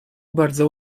bardzo